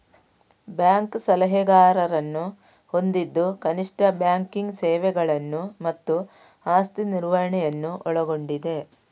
bank ಸಲಹೆಗಾರರನ್ನು ಹೊಂದಿದ್ದು ಕನಿಷ್ಠ ಬ್ಯಾಂಕಿಂಗ್ ಸೇವೆಗಳನ್ನು ಮತ್ತು ಆಸ್ತಿ ನಿರ್ವಹಣೆಯನ್ನು ಒಳಗೊಂಡಿದೆ